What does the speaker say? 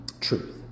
truth